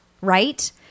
right